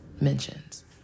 mentions